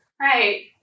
Right